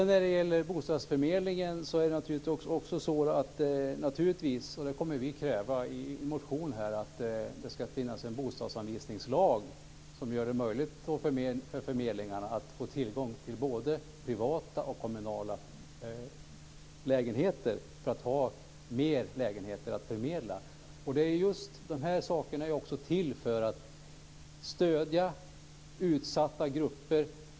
När det gäller bostadsförmedlingen ska det naturligtvis finnas en bostadsanvisningslag som gör det möjligt för förmedlingarna att få tillgång till både privata och kommunala lägenheter så att de har fler lägenheter att förmedla. Det kommer vi att kräva i vår motion. Just de här sakerna är också till för att stödja utsatta grupper.